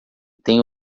tem